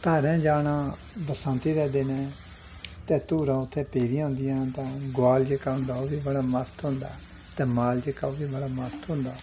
धारें जाना बरसांतीं दे दिनें ते धूरां उत्थै पेदियां होंदियां तां गोआल जेह्का होंदा ओह् बी बड़ा मस्त होंदा ते माल जेह्का ओह् बी बड़ा मस्त होंदा